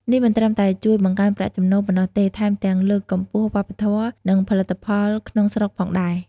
នេះមិនត្រឹមតែជួយបង្កើនប្រាក់ចំណូលប៉ុណ្ណោះទេ ថែមទាំងលើកកម្ពស់វប្បធម៌ និងផលិតផលក្នុងស្រុកផងដែរ។